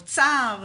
אוצר,